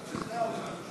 תשכנע אותנו.